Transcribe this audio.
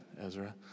Ezra